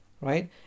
right